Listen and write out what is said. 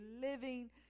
living